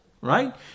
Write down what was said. Right